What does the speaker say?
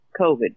COVID